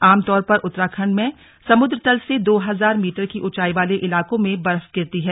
आमतौर पर उत्तराखंड में समुद्रतल से दो हजार मीटर की ऊंचाईवाले इलाकों में बर्फ गिरती है